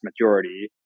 majority